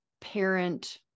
parent